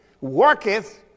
worketh